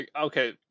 okay